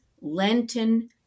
Lenten